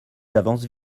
avancent